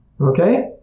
Okay